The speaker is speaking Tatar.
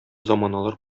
заманалар